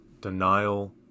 denial